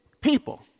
people